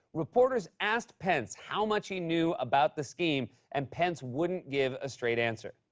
reporters asked pence how much he knew about the scheme, and pence wouldn't give a straight answer.